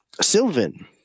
Sylvan